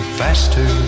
faster